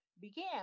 began